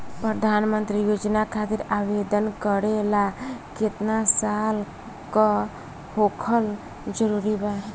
प्रधानमंत्री योजना खातिर आवेदन करे ला केतना साल क होखल जरूरी बा?